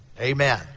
Amen